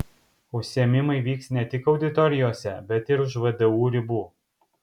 užsiėmimai vyks ne tik auditorijose bet ir už vdu ribų